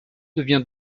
devient